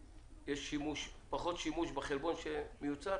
יש פחות שימוש בחלבון שמיוצר?